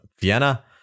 vienna